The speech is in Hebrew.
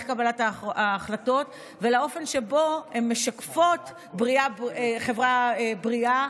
קבלת ההחלטות ובאופן שבו הן משקפות חברה בריאה,